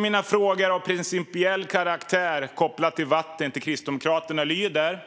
Mina frågor till Kristdemokraterna av principiell karaktär kopplat till vatten lyder: